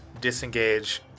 disengage